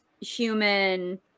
human